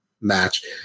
match